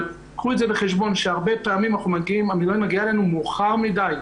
אבל קחו את זה בחשבון שהרבה פעמים המתלוננת מגיעה אלינו מאוחר מדי.